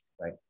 Right